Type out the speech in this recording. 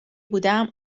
بودم